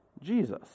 Jesus